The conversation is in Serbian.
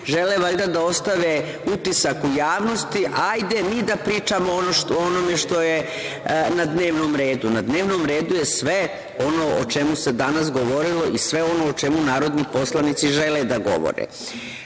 žele valjda da ostave utisak u javnosti, hajde mi da pričamo o onome što je na dnevnom redu. Na dnevnom redu je sve ono o čemu se danas govorilo i sve ono o čemu narodni poslanici žele da govore. Koliko